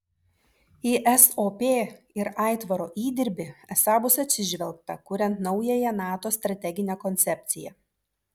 į sop ir aitvaro įdirbį esą bus atsižvelgta kuriant naująją nato strateginę koncepciją